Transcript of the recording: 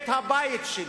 את הבית שלי,